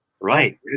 right